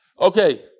Okay